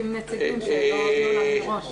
למה מחליפים נציגים ולא אומרים לנו זאת מראש?